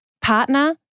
Partner